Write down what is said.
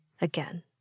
again